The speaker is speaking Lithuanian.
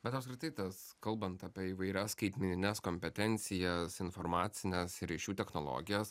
bet apskritai tas kalbant apie įvairias skaitmenines kompetencijas informacines ryšių technologijas